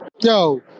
yo